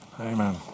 Amen